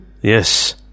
yes